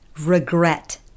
regret